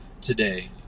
today